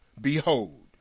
Behold